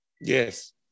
Yes